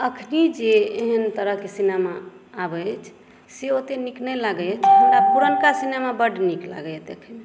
अखन जे एहन तरहक सिनेमा आब अछि से ओतेक नीक नहि लागैया हमरा पुरनका सिनेमा बड नीक लागैया देखयमे